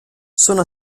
sono